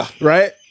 right